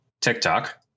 TikTok